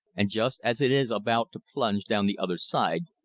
and, just as it is about to plunge down the other side,